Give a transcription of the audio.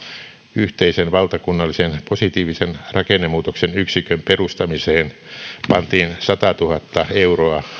yhteisen valtakunnallisen positiivisen rakennemuutoksen yksikön perustamiseen pantiin satatuhatta euroa